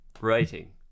writing